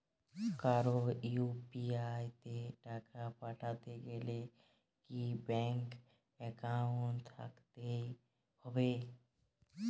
কারো ইউ.পি.আই তে টাকা পাঠাতে গেলে কি ব্যাংক একাউন্ট থাকতেই হবে?